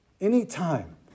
anytime